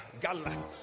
gala